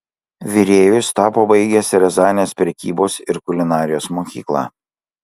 virėju jis tapo baigęs riazanės prekybos ir kulinarijos mokyklą